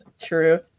True